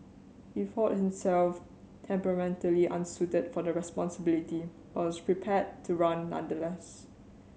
he thought himself temperamentally unsuited for the responsibility but was prepared to run nonetheless